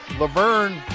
Laverne